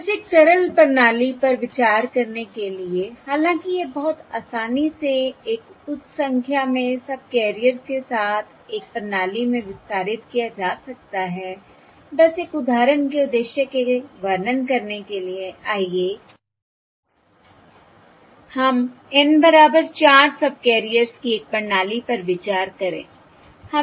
बस एक सरल प्रणाली पर विचार करने के लिए हालांकि यह बहुत आसानी से एक उच्च संख्या में सबकैरियर्स के साथ एक प्रणाली में विस्तारित किया जा सकता है बस एक उदाहरण के उद्देश्य के वर्णन करने के लिए आइए हम N बराबर 4 सबकैरियर्स की एक प्रणाली पर विचार करें